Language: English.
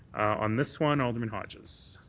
on this one, alderman hodges?